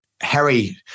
Harry